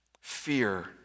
Fear